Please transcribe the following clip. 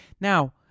Now